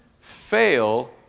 fail